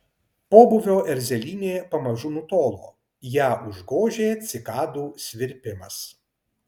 pobūvio erzelynė pamažu nutolo ją užgožė cikadų svirpimas